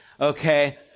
Okay